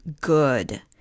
good